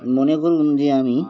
মনে করুন যে আমি